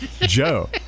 Joe